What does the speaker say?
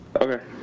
Okay